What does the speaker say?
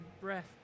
breath